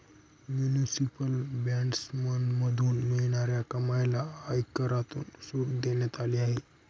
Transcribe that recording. municipal बॉण्ड्समधून मिळणाऱ्या कमाईला आयकरातून सूट देण्यात आली आहे